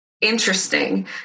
interesting